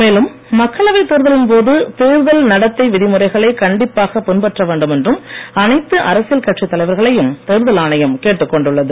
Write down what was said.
மேலும் மக்களவை தேர்தலின்போது தேர்தல் நடத்தை விதிமுறைகளை கண்டிப்பாக பின்பற்ற வேண்டுமென்றும் அனைத்து அரசியல் கட்சித்தலைவர்களையும் தேர்தல் ஆணையம் கேட்டுக்கொண்டுள்ளது